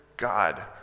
God